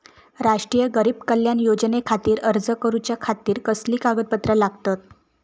राष्ट्रीय गरीब कल्याण योजनेखातीर अर्ज करूच्या खाती कसली कागदपत्रा लागतत?